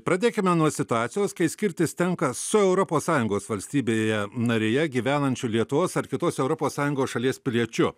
pradėkime nuo situacijos kai skirtis tenka su europos sąjungos valstybėje narėje gyvenančiu lietuvos ar kitos europos sąjungos šalies piliečiu